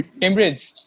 Cambridge